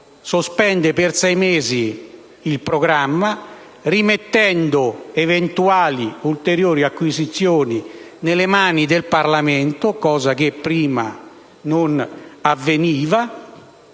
sospende per sei mesi il programma, rimettendo eventuali ulteriori acquisizioni nelle mani del Parlamento, cosa che prima non avveniva.